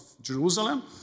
Jerusalem